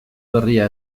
berria